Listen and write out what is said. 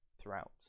throughout